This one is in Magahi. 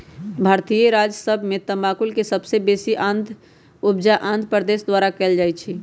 भारतीय राज्य सभ में तमाकुल के सबसे बेशी उपजा आंध्र प्रदेश द्वारा कएल जाइ छइ